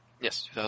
Yes